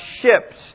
ships